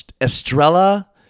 Estrella